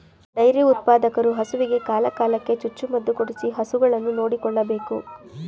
dairy ಉತ್ಪಾದಕರು ಹಸುವಿಗೆ ಕಾಲ ಕಾಲಕ್ಕೆ ಚುಚ್ಚು ಮದುಕೊಡಿಸಿ ಹಸುಗಳನ್ನು ನೋಡಿಕೊಳ್ಳಬೇಕು